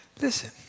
Listen